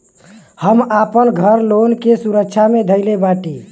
हम आपन घर लोन के सुरक्षा मे धईले बाटी